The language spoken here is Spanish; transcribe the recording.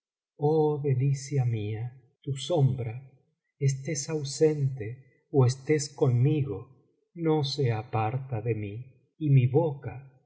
versos del poeta oh delicia mía ta sombra estés ausente ó estés conmigo no se aparta de mí y mi hoca